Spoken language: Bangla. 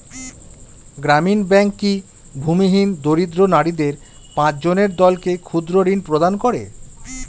গ্রামীণ ব্যাংক কি ভূমিহীন দরিদ্র নারীদের পাঁচজনের দলকে ক্ষুদ্রঋণ প্রদান করে?